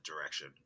direction